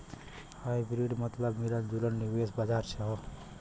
hybrid मतबल मिलल जुलल निवेश बाजार से हौ